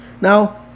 Now